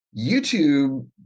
YouTube